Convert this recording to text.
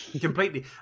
Completely